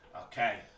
Okay